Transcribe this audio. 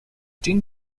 gene